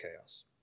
chaos